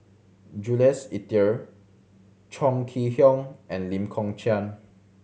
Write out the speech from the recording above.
Jules Itier Chong Kee Hiong and Lee Kong Chian